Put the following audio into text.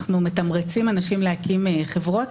זה שאנחנו מתמרצים אנשים להקים חברות,